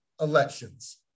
elections